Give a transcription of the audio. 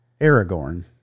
Aragorn